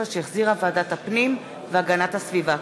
2015, שהחזירה ועדת הפנים והגנת הסביבה.